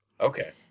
Okay